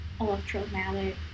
electromagnetic